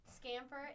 Scamper